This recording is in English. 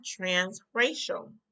transracial